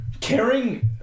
Caring